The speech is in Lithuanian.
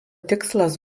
tikslas